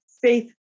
faith